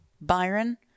Byron